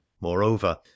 moreover